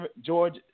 George